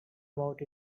about